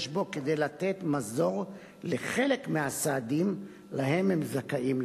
יש בו כדי לתת מזור לחלק מהסעדים שלהם הם זכאים,